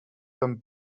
than